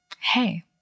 hey